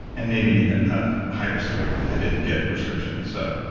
and maybe need a ah higher strength. i didn't get prescription. so